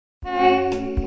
Hey